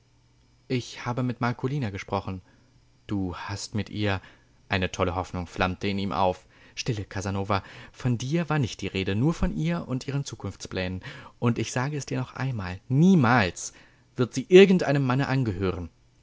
ich habe mit marcolina gesprochen du hast mit ihr eine tolle hoffnung flammte in ihm auf stille casanova von dir war nicht die rede nur von ihr und ihren zukunftsplänen und ich sage es dir noch einmal niemals wird sie irgendeinem manne angehören